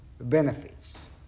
benefits